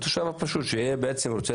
לתושב הפשוט כשהוא רוצה